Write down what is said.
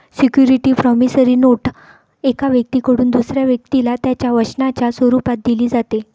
security promissory note एका व्यक्तीकडून दुसऱ्या व्यक्तीला त्याच्या वचनाच्या स्वरूपात दिली जाते